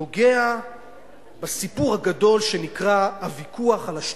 נוגע בסיפור הגדול שנקרא הוויכוח על השטחים,